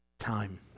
time